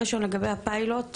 לגבי הפיילוט,